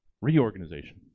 reorganization